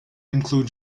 include